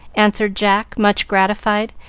answered jack, much gratified,